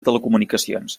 telecomunicacions